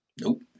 Nope